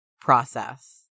process